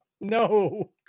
No